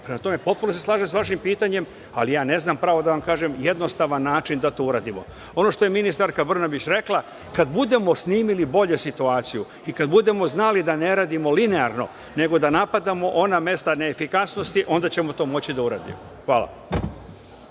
tome, potpuno se slažem sa vašim pitanjem, ali ja ne znam, pravo da vam kažem, jednostavan način da to uradimo. Ono što je ministarka Brnabić rekla – kada budemo snimili bolje situaciju i kada budemo znali da ne radimo linearno nego da napadamo ona mesta neefikasnosti, onda ćemo to moći da uradimo. Hvala.